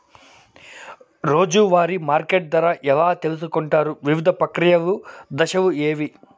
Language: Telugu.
రోజూ వారి మార్కెట్ ధర ఎలా తెలుసుకొంటారు వివిధ ప్రక్రియలు దశలు ఏవి?